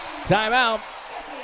Timeout